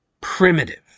primitive